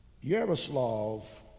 Yaroslav